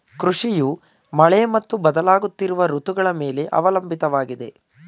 ಕೃಷಿಯು ಮಳೆ ಮತ್ತು ಬದಲಾಗುತ್ತಿರುವ ಋತುಗಳ ಮೇಲೆ ಅವಲಂಬಿತವಾಗಿದೆ